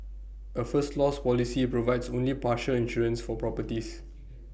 A first loss policy provides only partial insurance for properties